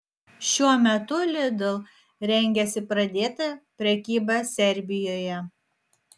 šiuo metu lidl rengiasi pradėti prekybą serbijoje